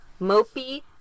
mopey